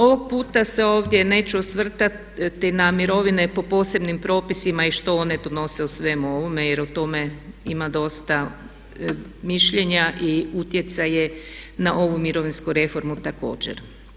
Ovog puta se ovdje neću osvrtati na mirovine po posebnim propisima i što one donose u svemu ovome jer o tome ima dosta mišljenja i utjecaj je na ovu mirovinsku reformu također.